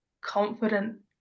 confident